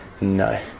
No